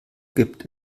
gibt